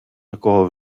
якого